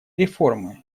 реформы